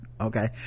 okay